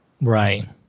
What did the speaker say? Right